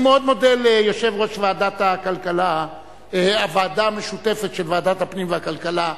אני מאוד מודה ליושב-ראש הוועדה המשותפת של ועדת הפנים והכלכלה,